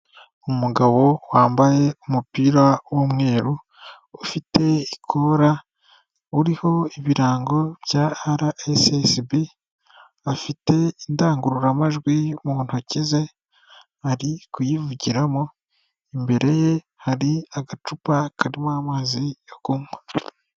Umugabo wambaye umupira w'umweru ufite ikora uriho ibirango bya Rssb, afite indangururamajwi mu ntoki ze ari kuyivugiramo, imbere ye hari agacupa karimo amazi yo kunywa.